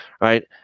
right